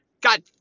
God